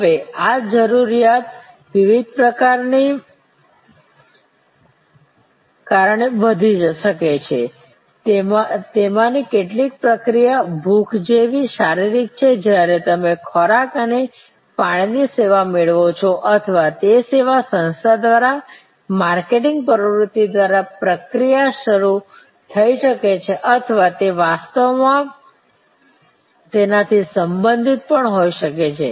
હવે આ જરૂરિયાત વિવિધ પ્રક્રિયા ને કારણે વધી શકે છે તેમાની કેટલીક પ્રક્રિયા ભૂખ જેવી શારીરિક છે જ્યારે તમે ખોરાક અને પીણાની સેવા મેળવો છો અથવા તે સેવા સંસ્થા દ્વારા માર્કેટિંગ પ્રવૃત્તિ દ્વારા પ્રક્રિયા શરૂ થઈ શકે છે અથવા તે વાસ્તવમાં તેનાથી સંબંધિત પણ હોઈ શકે છે